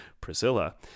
Priscilla